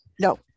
No